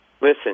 Listen